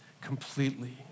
completely